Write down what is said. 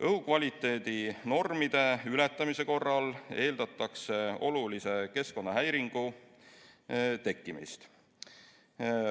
Õhukvaliteedi normide ületamise korral eeldatakse olulise keskkonnahäiringu tekkimist.